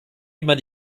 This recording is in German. immer